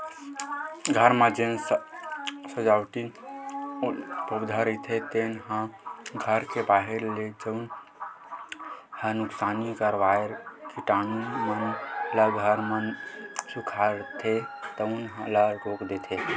घर म जेन सजावटी पउधा रहिथे तेन ह घर के बाहिर ले जउन ह नुकसानी करइया कीटानु मन ल घर म खुसरथे तउन ल रोक देथे